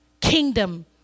Kingdom